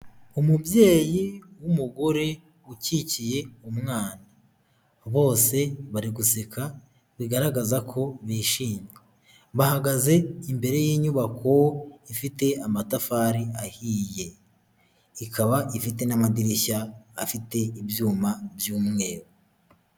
Umubyeyi w'umugore ukikiye umwana bose bari guseka bigaragaza ko bishimye, bahagaze imbere y'inyubako ifite amatafari ahiye, ikaba ifite n'amadirishya afite ibyuma by'umweru.